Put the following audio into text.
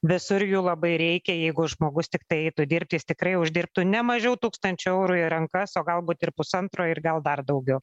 visur jų labai reikia jeigu žmogus tiktai eitų dirbti jis tikrai uždirbtų nemažiau tūkstančio eurų į rankas o galbūt ir pusantro ir gal dar daugiau